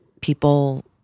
people